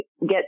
get